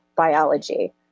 biology